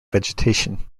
vegetation